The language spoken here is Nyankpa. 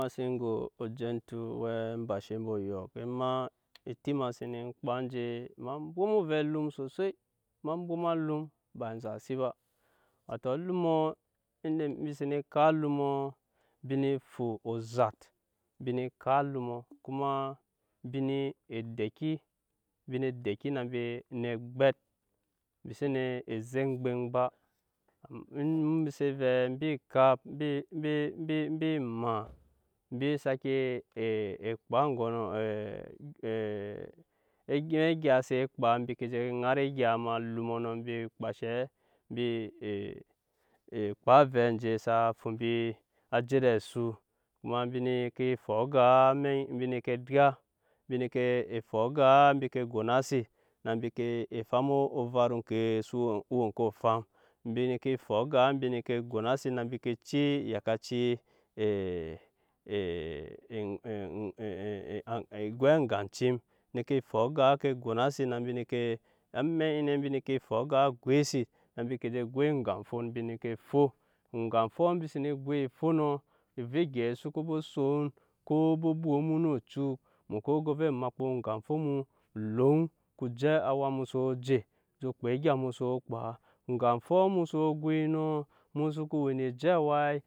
Ema sen go ojentu owɛ bashe ambe oyɔk, ema eti ma sene kpa nje ema bwoma ovɛ alum sosai ema bwoma aslum ba enzasi ba wato alumɔ inde embi sene kap alumɔ embi nee fu ozat embi nee kap alumɔ kuma embi nee edeki embi nee edeki na mbi ne gbɛt, embi sene e zɛ gbɛŋ ba onum embi se vɛɛ embi kap embi embi embi maa embi sake ekpa ogonɔ egyɛi egya se kpa mbi ke je ŋara aga alumɔ nɔ mbi kpa enshɛ mbi embi kpa avɛ anje sa fu mbi je ed'asu kuma mbi ne ke fu agaa eme embi ne ke dya, embi ne ke fu aga mbi ke gonasi na mbi ke efam ovat oŋke so we o we oŋko ofa mbi ne ke fu agaa embi ne ke gonasi na mbi ke ciya eyakaci e goi aga ecim ne ke fu agaa ke gonasi na bi ne ke amɛk anyi nɛ mbi ne ke fu aga goisi na mbi ke je goi aga fo embi ne ke fo, ega foo embi sene goi efo nɔ ovɛ egyai soko bo son ko o bo bwop mu o no ocuk emu ko go ovɛ emakpa oŋga fo mu olɔŋ ko je awa mu soo je, je kpa egya mu soo kpa oga fo mu so goi nɔ emu soko we no je awai.